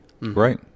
Right